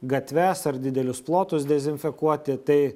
gatves ar didelius plotus dezinfekuoti tai